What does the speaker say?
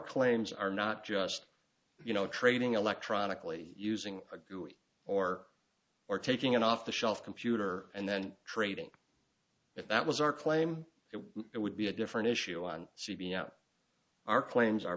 claims are not just you know trading electronically using a guru or or taking an off the shelf computer and then trading if that was our claim it would be a different issue on c b s our claims are